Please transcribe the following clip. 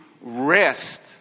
rest